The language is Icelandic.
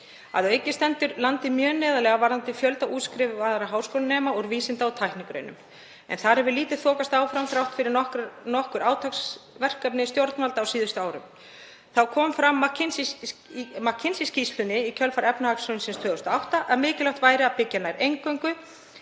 Að auki stendur landið mjög neðarlega varðandi fjölda útskrifaðra háskólanema úr vísinda- og tæknigreinum en þar hefur lítið þokast áfram þrátt fyrir nokkur átaksverkefni stjórnvalda á síðustu árum. Þá kom fram í McKinsey-skýrslunni í kjölfar efnahagshrunsins 2008 að mikilvægt væri að byggja nær eingöngu